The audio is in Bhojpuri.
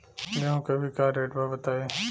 गेहूं के अभी का रेट बा बताई?